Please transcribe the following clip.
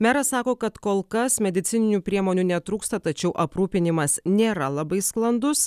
meras sako kad kol kas medicininių priemonių netrūksta tačiau aprūpinimas nėra labai sklandus